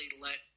let